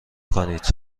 کنید